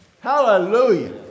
Hallelujah